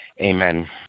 Amen